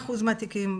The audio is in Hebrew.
87% מהתיקים.